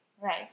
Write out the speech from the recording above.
Right